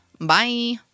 Bye